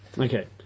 okay